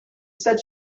said